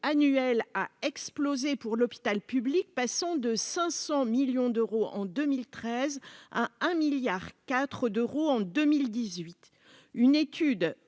annuel a explosé pour l'hôpital public, passant de 500 millions d'euros en 2013 à un milliard 4 d'euros en 2018, une étude